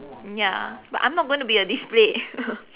mm ya but I'm not gonna be a display